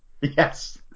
Yes